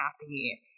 happy